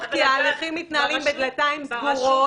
כי ההליכים מתנהלים בדלתיים סגורות,